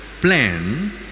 plan